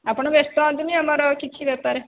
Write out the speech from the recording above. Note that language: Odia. ଆପଣ ବ୍ୟସ୍ତ ହୁଅନ୍ତୁନି ଆମର କିଛି ବେପାର